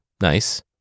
nice